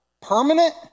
permanent